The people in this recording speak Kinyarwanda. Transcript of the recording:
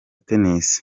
tennis